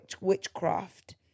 witchcraft